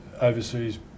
overseas